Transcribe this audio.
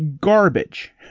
garbage